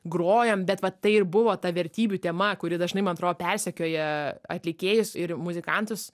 grojam bet va tai ir buvo ta vertybių tema kuri dažnai man atrodo persekioja atlikėjus ir muzikantus